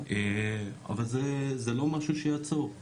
אבל זה לא משהו שיעצור.